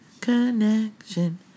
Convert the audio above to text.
connection